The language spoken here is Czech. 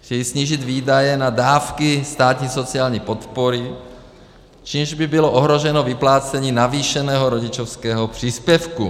Chtějí snížit výdaje na dávky státní sociální podpory, čímž by bylo ohroženo vyplácení navýšeného rodičovského příspěvku.